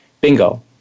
Bingo